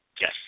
Yes